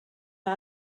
mae